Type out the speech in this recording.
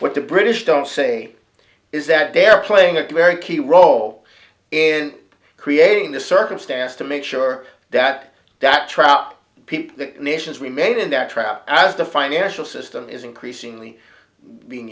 what the british don't say is that they're playing a very key role in creating the circumstance to make sure that that trap people the nations we made in that trap as the financial system is increasingly being